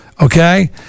Okay